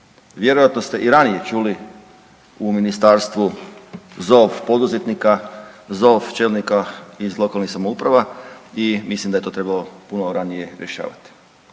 Vjerojatno ste i ranije čuli u ministarstvu zov poduzetnika, zov čelnika iz lokalnih samouprava i mislim da je to trebalo puno ranije rješavati.